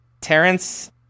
Terrence